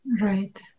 Right